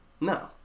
No